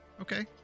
okay